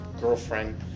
Girlfriend